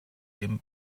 dem